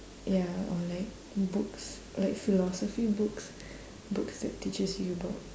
ya or like books like philosophy books books that teaches you about